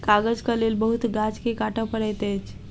कागजक लेल बहुत गाछ के काटअ पड़ैत अछि